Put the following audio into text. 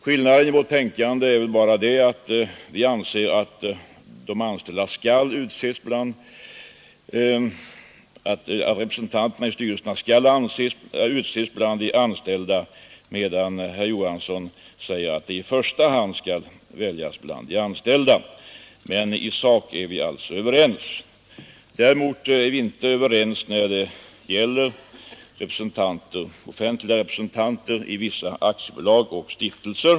Skillnaden i tänkande är bara den att vi på vårt håll anser att representanterna i styrelserna skall utses bland de anställda, medan herr Johansson säger att de i första hand skall väljas bland de anställda. Men i sak är vi alltså överens. Däremot är vi inte överens när det gäller offentliga representanter i vissa aktiebolag och stiftelser.